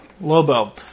Lobo